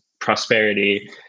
prosperity